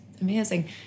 amazing